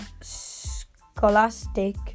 Scholastic